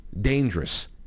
dangerous